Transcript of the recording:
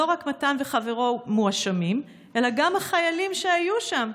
לא רק מתן וחברו מואשמים אלא גם החיילים שהיו שם,